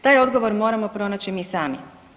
Taj odgovor moramo pronaći mi sami.